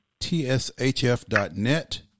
tshf.net